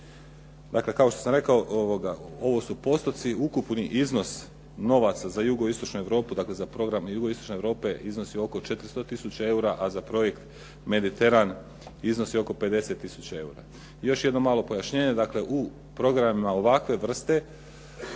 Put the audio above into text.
Dakle, kao što sam rekao ovo su postoci i ukupan iznos novaca za Jugoistočnu Europu dakle za program "Jugoistočne Europe" iznosi oko 400 tisuća eura, a za projekt "Mediteran" iznosi oko 50 tisuća eura. Još jedno malo pojašnjenje. Dakle, u programima ovakve vrste